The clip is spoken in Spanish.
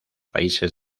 países